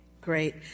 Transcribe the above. great